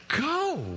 go